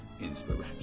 Inspiration